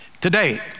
Today